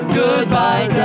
goodbye